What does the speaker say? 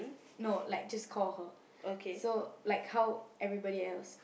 no like just call her so like how everybody else